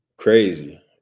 Crazy